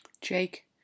Jake